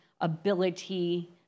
ability